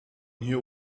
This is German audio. hier